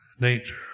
nature